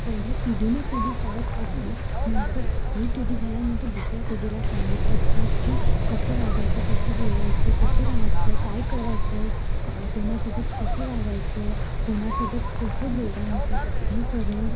पहिले पिढीनं पिढी चालत असतात नंतर हे पिढी झाल्यानंतर दुसऱ्या पिढीला सांगत असतात की कसं वागायचं कसं बोलायचं कसं राहायचं काय करायचं क कोणासोबत कसं वागायचं कोणासोबत कसं बोलायचं हे सगळं